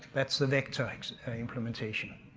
that's the vector implementation.